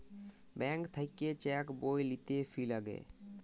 bank থাক্যে cheque বই লিতে ফি লাগে